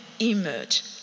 emerge